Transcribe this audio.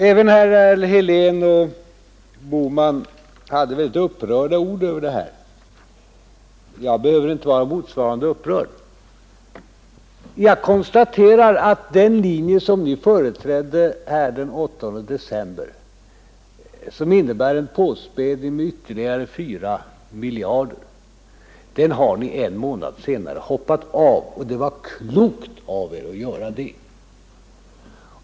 Även herrar Helén och Bohman använder mycket upprörda ord om detta. Jag behöver inte vara lika upprörd. Jag konstaterar att den linje som ni företrädde här den 8 december och som innebar en påspädning med ytterligare 4 miljarder har ni en månad senare hoppat av, och det var klokt av er att göra det.